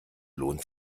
lohnt